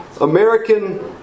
American